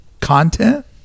content